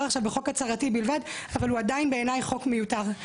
עכשיו בחוק הצהרתי בלבד אבל הוא עדיין בעיניי חוק מיותר.